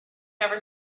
never